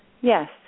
yes